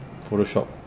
Photoshop